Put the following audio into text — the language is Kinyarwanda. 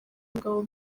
mugabo